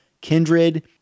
Kindred